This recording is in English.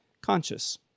conscious